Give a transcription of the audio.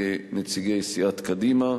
כנציג סיעת קדימה,